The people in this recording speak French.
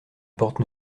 porte